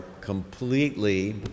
completely